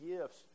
gifts